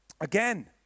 again